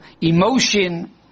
emotion